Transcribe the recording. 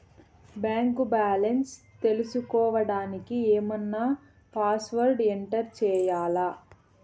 Bank balance తెలుసుకోవడానికి ఏమన్నా password enter చేయాలా?